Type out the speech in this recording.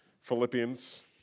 Philippians